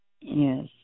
Yes